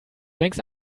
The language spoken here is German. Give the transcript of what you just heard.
längst